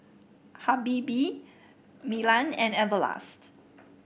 Habibie Milan and Everlast